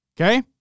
Okay